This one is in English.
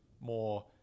more